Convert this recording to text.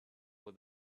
with